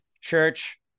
Church